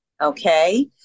okay